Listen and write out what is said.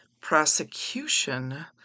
prosecution